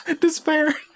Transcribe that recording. Despair